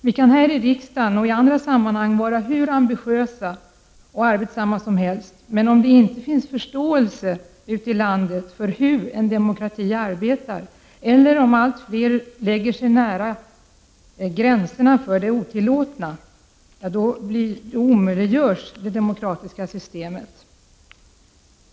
Vi kan här i riksdagen och i andra sammanhang vara hur ambitiösa och arbetssamma som helst, men om det inte finns förståelse ute i landet för hur en demokrati arbetar eller om allt fler lägger sig nära gränsen för det otilllåtna, omöjliggörs det demokratiska systemet.